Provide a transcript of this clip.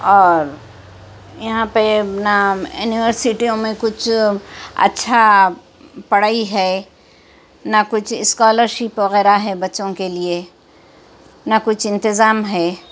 اور یہاں پہ نہ یونیورسٹیوں میں کچھ اچھا پڑھائی ہے نہ کچھ اسکالر شپ وغیرہ ہے بچّوں کے لیے نہ کچھ انتظام ہے